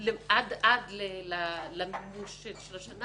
עד למימוש של השנה,